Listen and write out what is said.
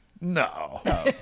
no